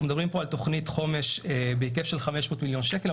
אנחנו מדברים פה על תוכנית חומש בהיקף של 500 מיליון שקל,